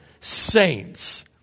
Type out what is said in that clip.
saints